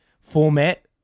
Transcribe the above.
format